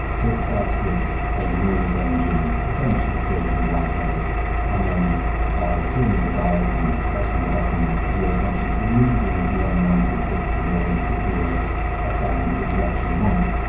so it starts with a noise engine essentially creating white noise and then by tuning the dials and pressing the buttons, you're essentially removing the unwanted bits of noise to create a sound that you actually want.